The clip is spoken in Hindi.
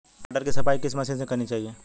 टमाटर की सफाई किस मशीन से करनी चाहिए?